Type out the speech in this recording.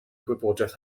gwybodaeth